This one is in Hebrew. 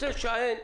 רוצה להישען,